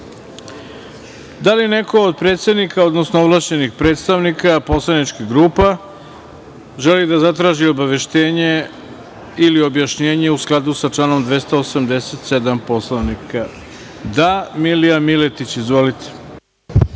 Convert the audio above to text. li neko od predsednika, odnosno ovlašćenih predstavnika poslaničkih grupa želi da zatraži obaveštenje ili objašnjenje u skladu sa članom 287. Poslovnika? Reč ima Milija Miletić. Izvolite.